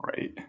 Right